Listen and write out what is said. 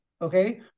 Okay